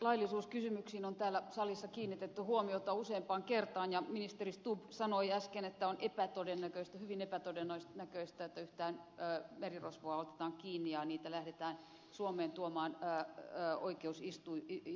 laillisuuskysymyksiin on täällä salissa kiinnitetty huomiota useampaan kertaan ja ministeri stubb sanoi äsken että on epätodennäköistä hyvin epätodennäköistä että yhtään merirosvoa otetaan kiinni ja niitä lähdetään suomeen tuomaan oikeusistuntoihin